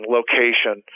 location